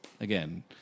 again